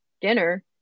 dinner